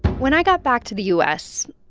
when i got back to the u s,